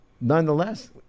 nonetheless